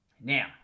Now